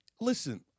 Listen